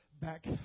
back